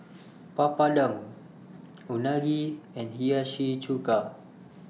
Papadum Unagi and Hiyashi Chuka